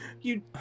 You-